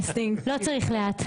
לא צריך לאט.